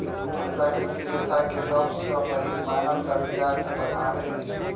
ऊन प्राकृतिक रेशा के सब सॅ पहिल मानव सभ्यता के प्रमाण अछि